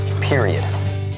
period